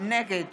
נגד